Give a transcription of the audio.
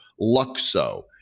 Luxo